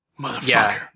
Motherfucker